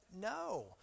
No